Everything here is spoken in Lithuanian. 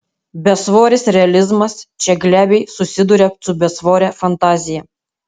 besvoris realizmas čia glebiai susiduria su besvore fantazija